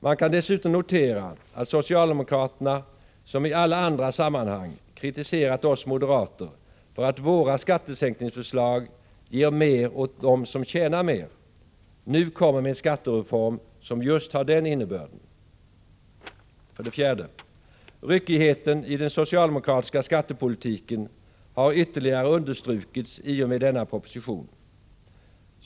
Man kan dessutom notera att socialdemokraterna, som i alla andra sammanhang kritiserat oss moderater för att våra skattesänkningsförslag ger mer åt dem som tjänar mer, nu kommer med förslag till en skattereform som har just den innebörden. 4. Ryckigheten i den socialdemokratiska skattepolitiken har ytterligare understrukits i och med denna proposition.